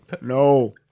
no